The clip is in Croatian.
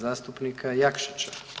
Zastupnika Jakšića.